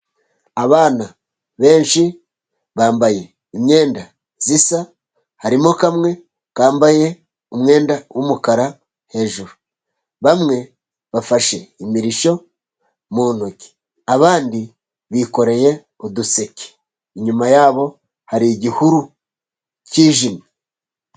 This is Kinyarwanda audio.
Abana benshi bambaye imyenda isa, harimo kamwe kambaye umwenda w'umukara hejuru, bamwe bafashe imirishyo mu ntoki, abandi bikoreye uduseke ,inyuma yabo hari igihuru kijimye.